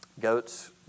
Goats